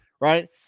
right